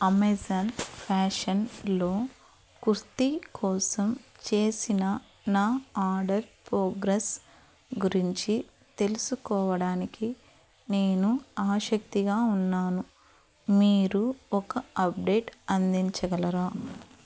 Amazon ఫ్యాషన్లో కుర్తీ కోసం చేసిన నా ఆడర్ పోగ్రెస్ గురించి తెలుసుకోవడానికి నేను ఆసక్తిగా ఉన్నాను మీరు ఒక అప్డేట్ అందించగలరా